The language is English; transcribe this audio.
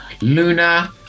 Luna